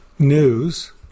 News